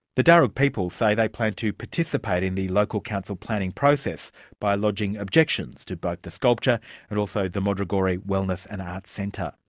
the darug people say they plan to participate in the local council planning process by lodging objections to both but the sculpture and also the modrogorje wellness and art centre.